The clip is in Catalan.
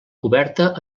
coberta